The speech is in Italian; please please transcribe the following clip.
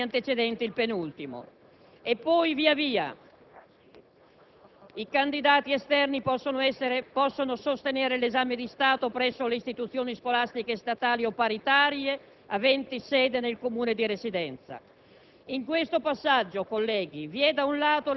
di sette nei due anni antecedenti il penultimo. Inoltre, i candidati esterni possono sostenere l'esame di Stato presso le istituzioni scolastiche statali o paritarie aventi sede nel Comune di residenza.